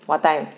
what time